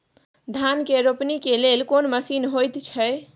धान के रोपनी के लेल कोन मसीन होयत छै?